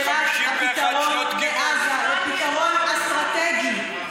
לשאלת הפתרון בעזה, לפתרון אסטרטגי?